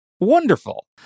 Wonderful